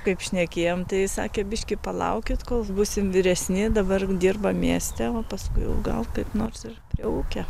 kaip šnekėjom tai sakė biškį palaukit kol būsim vyresni dabar dirba mieste o paskui jau gal kaip nors ir prie ūkio